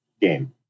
game